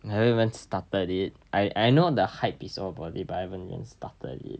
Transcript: I haven't even started it I I know the hype is all about it but I haven't even started it